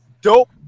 dope